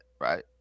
right